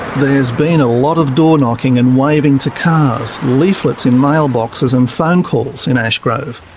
there's been a lot of doorknocking and waving to cars, leaflets in mailboxes and phone calls in ashgrove.